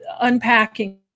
unpacking